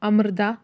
Amrita